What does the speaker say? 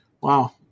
Wow